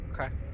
Okay